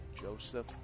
Joseph